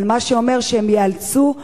אבל זה אומר שהם ייאלצו להעלות,